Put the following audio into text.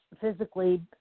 physically